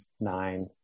nine